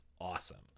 awesome